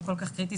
והוא כל כך קריטי,